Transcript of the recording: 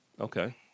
Okay